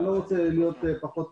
אני לא רוצה להיות פחות